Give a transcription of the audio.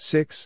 Six